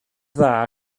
dda